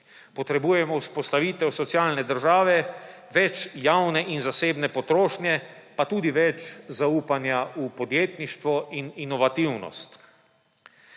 Potrebujemo vzpostavitev socialne države, več javne in zasebne potrošnje, pa tudi več zaupanja v podjetništvo in inovativnost.